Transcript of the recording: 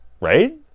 right